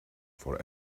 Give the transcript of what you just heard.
for